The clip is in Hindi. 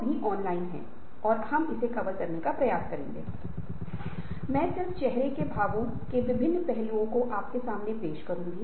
परिवर्तन और परिवर्तन के लिए प्रतिरोध और परिवर्तन मॉडल और आप बदलाव कैसे करते हैं के मामले मे चर्चा करेंगे